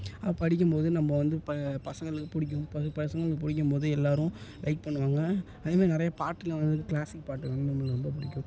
படிக்கும் போது நம்ம வந்து இப்போ பசங்களுக்கு பிடிக்கும் ப பசங்களுக்கு பிடிக்கும் போது எல்லோரும் லைக் பண்ணுவாங்க அதே மாதிரி நிறைய பாட்டில் வந்துட்டு க்ளாஸிக் பாட்டு வந்து நம்மளுக்கு ரொம்ப பிடிக்கும்